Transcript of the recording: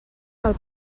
pel